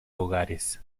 hogares